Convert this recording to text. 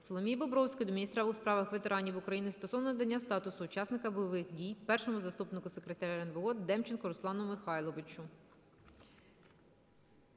Соломії Бобровської до міністра у справах ветеранів України стосовно надання статусу учасника бойових дій Першому заступнику Секретаря РНБО Демченку Руслану Михайловичу.